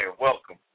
welcome